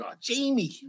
Jamie